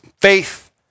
faith